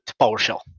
PowerShell